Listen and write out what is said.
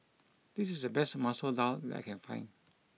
this is the best Masoor Dal that I can find